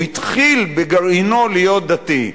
הוא התחיל בגרעינו להיות דתי,